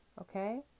okay